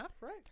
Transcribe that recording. right